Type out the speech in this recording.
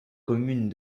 commune